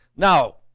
Now